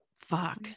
fuck